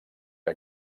que